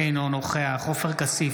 אינו נוכח עופר כסיף,